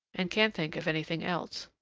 and can't think of anything else.